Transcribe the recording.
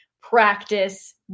practice